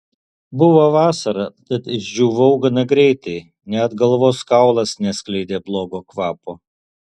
buvo vasara tad išdžiūvau gana greitai net galvos kaulas neskleidė blogo kvapo